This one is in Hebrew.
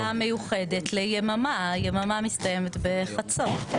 --- מליאה מיוחדת ליממה, היממה מסתיימת בחצות.